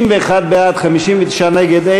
בעד, 61, נגד, 59,